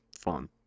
fun